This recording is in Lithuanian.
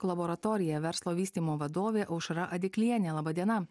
laboratorija verslo vystymo vadovė aušra adiklienė laba diena